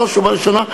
בראש ובראשונה,